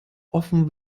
offen